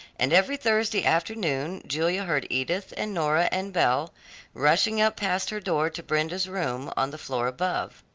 and every thursday afternoon julia heard edith and nora and belle rushing up past her door to brenda's room on the floor above.